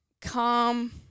come